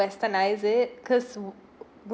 westernise it cause